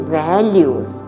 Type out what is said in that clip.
values